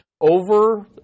over